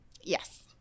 Yes